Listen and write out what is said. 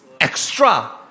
extra